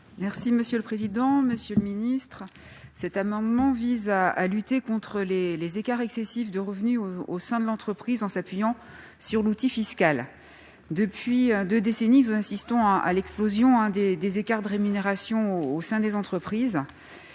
parole est à Mme Isabelle Briquet. Cet amendement vise à lutter contre les écarts excessifs de revenu au sein de l'entreprise, en s'appuyant sur l'outil fiscal. Depuis deux décennies, nous assistons à l'explosion des écarts de rémunération au sein des entreprises.